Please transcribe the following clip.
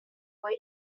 were